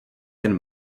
jen